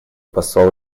посол